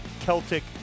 Celtic